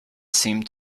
seemed